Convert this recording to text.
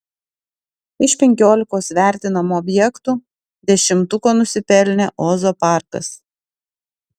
iš penkiolikos vertinamų objektų dešimtuko nusipelnė ozo parkas